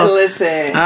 listen